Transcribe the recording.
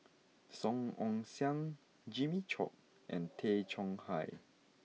Song Ong Siang Jimmy Chok and Tay Chong Hai